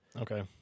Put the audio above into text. okay